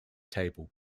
table